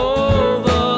over